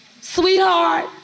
Sweetheart